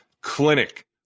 Clinic